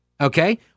Okay